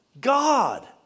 God